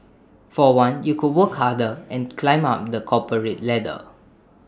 for one you could work harder and climb up the corporate ladder